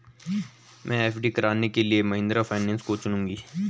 मैं एफ.डी कराने के लिए महिंद्रा फाइनेंस को चुनूंगी